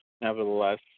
Nevertheless